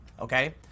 okay